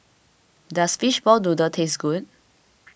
does Fishball Noodle taste good